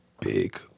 big